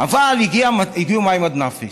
אבל הגיעו מים עד נפש.